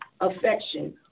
affection